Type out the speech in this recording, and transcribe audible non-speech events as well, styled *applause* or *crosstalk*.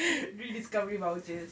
*breath* rediscovery vouchers